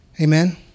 Amen